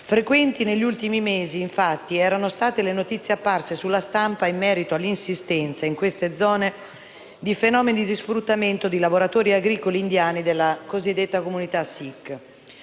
Frequenti negli ultimi mesi, infatti, erano state le notizie apparse sulla stampa in merito all'insistenza, in queste zone, di fenomeni di sfruttamento di lavoratori agricoli indiani della cosiddetta comunità sikh.